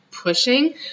pushing